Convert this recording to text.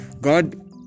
god